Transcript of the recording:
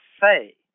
say